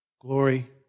Glory